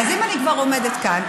אם אני כבר עומדת כאן,